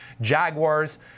Jaguars